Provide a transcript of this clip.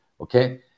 Okay